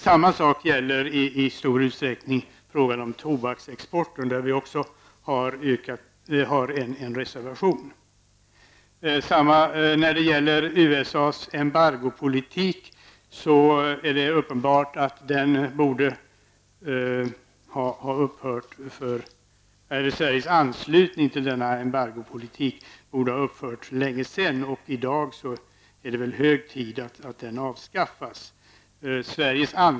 Samma sak gäller i stor utsträckning tobaksexporten, där vi också har en reservation. Sveriges anslutning till USAs embargopolitik borde ha upphört för länge sedan. I dag är det väl hög tid att den avskaffas.